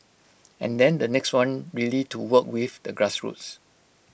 and then the next one really to work with the grassroots